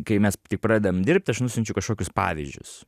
kai mes pradedam dirbt aš nusiunčiu kažkokius pavyzdžius